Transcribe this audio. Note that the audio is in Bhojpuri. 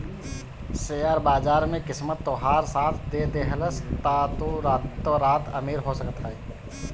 शेयर बाजार में किस्मत तोहार साथ दे देहलस तअ तू रातो रात अमीर हो सकत हवअ